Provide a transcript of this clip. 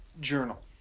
journal